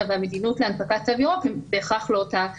והמדינות להנפקת תו ירוק הן בהכרח לא אותה מדיניות,